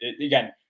again